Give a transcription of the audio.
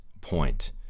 point